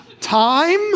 time